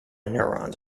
neurons